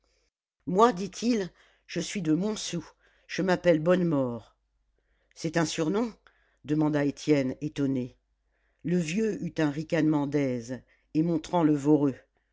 moi dit-il je suis de montsou je m'appelle bonnemort c'est un surnom demanda étienne étonné le vieux eut un ricanement d'aise et montrant le voreux